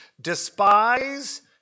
despise